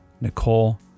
Nicole